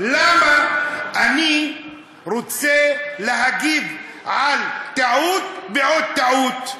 למה אני רוצה להגיב על טעות בעוד טעות?